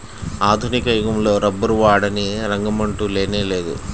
ఆధునిక యుగంలో రబ్బరు వాడని రంగమంటూ లేనేలేదు